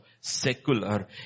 secular